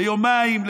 ליומיים,